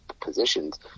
positions